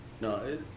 no